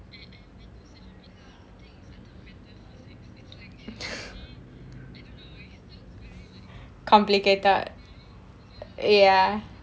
complicated ya